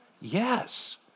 Yes